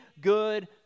good